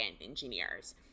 engineers